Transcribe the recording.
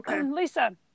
Lisa